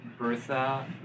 Bertha